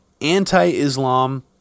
anti-Islam